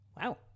Wow